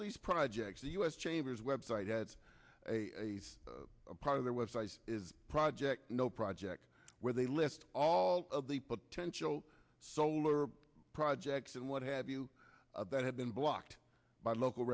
of these projects the u s chambers website that's a part of their website is project no project where they list all of the potential solar projects and what have you that have been blocked by local